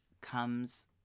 comes